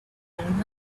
found